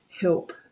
help